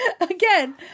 Again